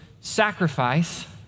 sacrifice